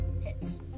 hits